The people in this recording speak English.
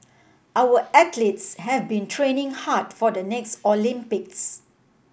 our athletes have been training hard for the next Olympics